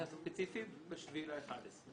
הספציפי, ב-7.11.